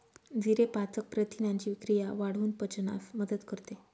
जिरे पाचक प्रथिनांची क्रिया वाढवून पचनास मदत करते